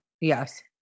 Yes